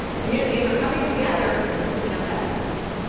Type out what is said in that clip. communities are coming together in the clean up efforts.